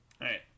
right